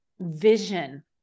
vision